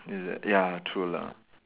is it ya true lah